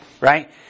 right